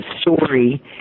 story